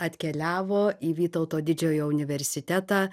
atkeliavo į vytauto didžiojo universitetą